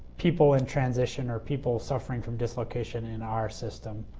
people in transition or people suffering from dislocation in our system